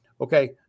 Okay